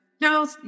no